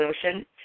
Solution